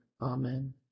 Amen